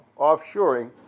offshoring